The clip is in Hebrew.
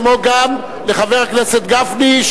כמו גם לחבר הכנסת גפני,